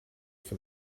for